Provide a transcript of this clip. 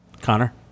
Connor